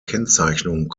kennzeichnung